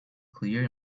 clear